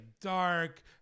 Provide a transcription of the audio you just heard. dark